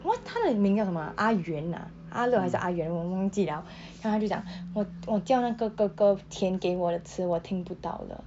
what 她的名叫什么啊阿源啊阿乐还是阿源我我我忘记 liao then 她就讲 我我叫那个哥哥填给我的词我听不到了